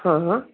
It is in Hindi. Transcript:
हाँ